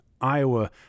Iowa